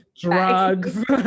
drugs